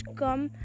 come